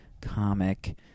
comic